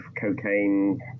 cocaine